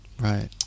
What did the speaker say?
right